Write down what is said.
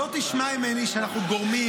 לא תשמע ממני שאנחנו גורמים